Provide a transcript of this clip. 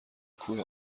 کوه